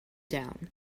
down